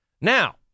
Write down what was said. Now